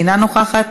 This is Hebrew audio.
אינה נוכחת,